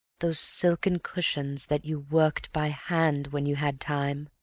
those silken cushions that you worked by hand when you had time,